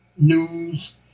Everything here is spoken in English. news